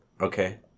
Okay